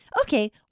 Okay